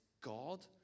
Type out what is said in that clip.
God